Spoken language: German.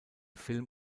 film